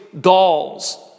dolls